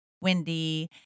Wendy